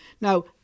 Now